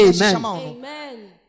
Amen